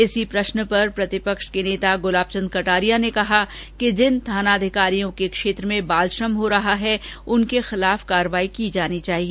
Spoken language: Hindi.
इसी प्रश्न पर प्रतिपक्ष के नेता गुलाब चंद कटारिया ने कहा कि जिन थानाधिकारियों के क्षेत्र में बाल श्रम हो रहा है उनके खिलाफ भी कार्यवाही की जानी चाहिए